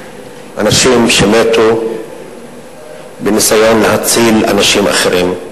אנשים שמתו בניסיון להציל אנשים אחרים.